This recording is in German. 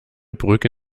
brücke